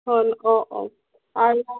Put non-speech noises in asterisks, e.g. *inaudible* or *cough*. *unintelligible* অঁ অঁ আৰু